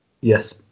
Yes